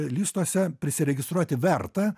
listuose prisiregistruoti verta